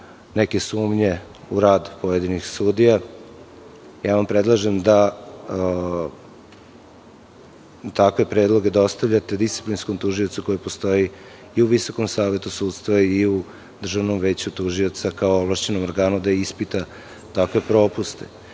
neke sumnje u rad pojedinih sudija. Predlažem vam da takve predloge dostavljate disciplinskom tužiocu, koji postoji i u Visokom savetu sudstva i u Državnom veću tužioca, kao ovlašćenom organu, da ispita takve propuste. Mislim